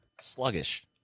Sluggish